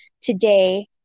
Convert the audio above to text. today